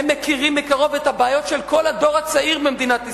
הם מכירים מקרוב את הבעיות של כל הדור הצעיר במדינת ישראל.